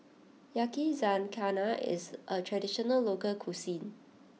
Yakizakana is a traditional local cuisine